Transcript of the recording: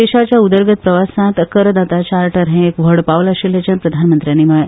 देशाच्या उदरगत प्रवासान करदाता चार्टर हे एक व्हड पावल आशिल्ल्याचे प्रधानमंत्र्यांनी म्हळे